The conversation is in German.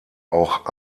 auch